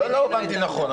לא הובנתי נכון.